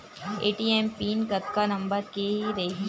ATM PIN कतका number के रही थे?